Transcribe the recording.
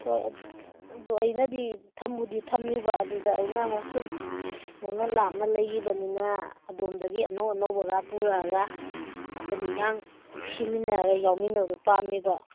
ꯍꯣꯏ ꯑꯗꯣ ꯑꯩꯅꯗꯤ ꯊꯝꯕꯨꯗꯤ ꯊꯝꯅꯤꯕ ꯑꯗꯨꯗ ꯑꯩꯅ ꯑꯃꯨꯛ ꯁꯨꯝ ꯅꯪꯅ ꯂꯥꯞꯅ ꯂꯩꯈꯤꯕꯅꯤꯅ ꯑꯗꯣꯝꯗꯒꯤ ꯑꯅꯧ ꯑꯅꯧꯕꯒ ꯄꯨꯔꯛꯑꯒ ꯑꯩꯈꯣꯏꯅꯤꯒꯥꯡ ꯁꯤꯃꯤꯟꯅꯔꯒ ꯌꯥꯎꯃꯤꯟꯅꯕ ꯄꯥꯝꯃꯤꯕ